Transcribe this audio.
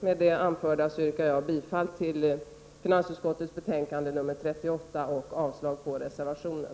Med det anförda yrkar jag bifall till finansutskottets betänkande 38 och avslag på reservationen.